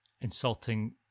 insulting